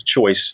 choice